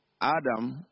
Adam